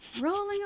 rolling